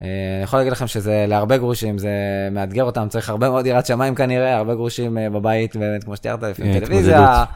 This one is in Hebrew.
אני יכול להגיד לכם שזה להרבה גרושים, זה מאתגר אותם, צריך הרבה מאוד יראת שמיים כנראה, הרבה גרושים בבית, באמת, כמו שתיארת לפי הטלוויזיה.